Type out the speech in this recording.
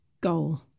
goal